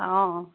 অঁ অঁ